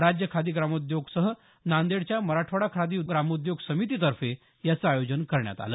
राज्य खादी ग्रामोद्योगसह नांदेडच्या मराठवाडा खादी ग्रामोद्योग समिती तर्फे याचं आयोजन करण्यात आल